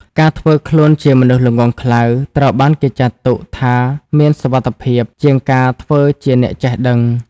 ការធ្វើខ្លួនជាមនុស្សល្ងង់ខ្លៅ ត្រូវបានគេចាត់ទុកថាមានសុវត្ថិភាពជាងការធ្វើជាអ្នកចេះដឹង។